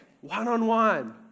one-on-one